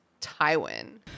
Tywin